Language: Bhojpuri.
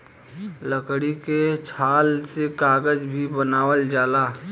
लकड़ी के छाल से कागज भी बनावल जाला